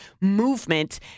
movement